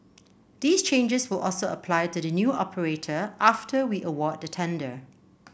these changes will also apply to the new operator after we award the tender